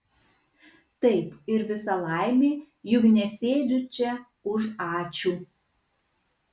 taip ir visa laimė juk nesėdžiu čia už ačiū